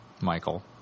Michael